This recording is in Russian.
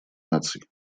наций